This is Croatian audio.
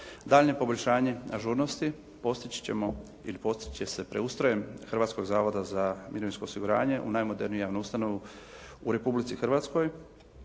Daljnje poboljšanje ažurnosti postići ćemo ili postići će se preustrojem Hrvatskog zavoda za mirovinsko osiguranje u najmoderniju javnu ustanovu u Republici Hrvatskoj